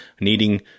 needing